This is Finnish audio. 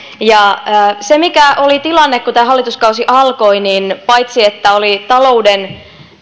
siitä mikä oli tilanne kun tämä hallituskausi alkoi paitsi että oli talouden